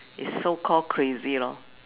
is so call crazy lor